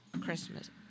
Christmas